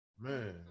Man